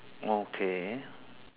okay